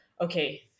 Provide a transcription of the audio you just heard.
okay